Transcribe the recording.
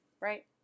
right